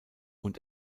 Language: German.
und